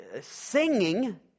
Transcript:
Singing